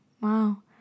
Wow